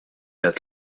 għedt